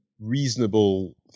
reasonable